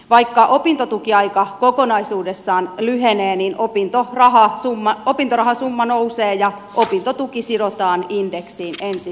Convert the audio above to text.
vaikka opintotukiaika kokonaisuudessaan lyhenee niin opintorahasumma nousee ja opintotuki sidotaan indeksiin ensi syksynä